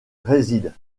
préside